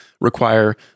require